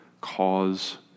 cause